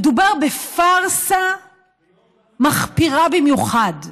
מדובר בפארסה מחפירה במיוחד.